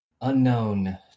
unknown